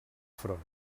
front